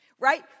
Right